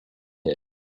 here